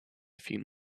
few